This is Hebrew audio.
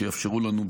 שיאפשרו לנו,